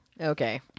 Okay